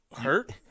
hurt